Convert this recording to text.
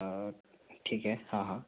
ठीक है हाँ हाँ